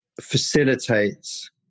facilitates